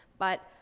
but,